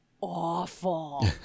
awful